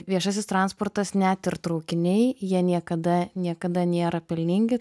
viešasis transportas net ir traukiniai jie niekada niekada nėra pelningi